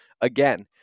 Again